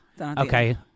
Okay